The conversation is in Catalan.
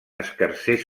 escarsers